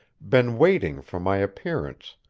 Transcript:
been waiting for my appearance,